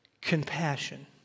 compassion